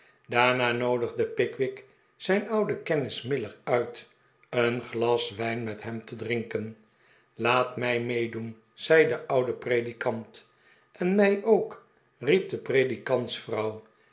daarna noodigde pickwick zijn ouden kennis miller uit een glas wijn met hem te drinken laat mij meedoen zei de oude predikant en mij ook riep